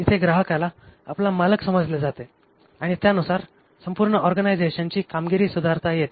इथे ग्राहकाला आपला मालक समजले जाते आणि त्या नुसार संपूर्ण ऑर्गनायझेशनची कामगिरी सुधारता येते